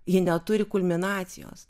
ji neturi kulminacijos